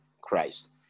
christ